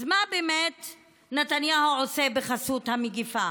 אז מה באמת נתניהו עושה בחסות המגפה?